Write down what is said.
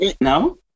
No